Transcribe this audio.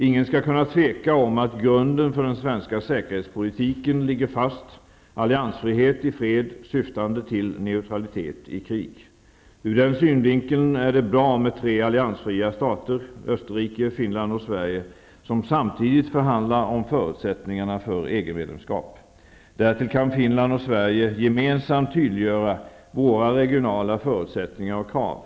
Ingen skall kunna tvivla beträffande grunden för den svenska säkerhetspolitiken, som ligger fast -- alliansfrihet i fred syftande till neutralitet i krig. Ur den synvinkeln är det bra med tre alliansfria stater -- Österrike, Finland och Sverige -- som samtidigt förhandlar om förutsättningarna för EG medlemskap. Därtill kan Finland och Sverige gemensamt tydliggöra sina regionala förutsättningar och krav.